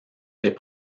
les